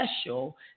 special